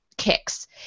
Kicks